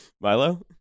Milo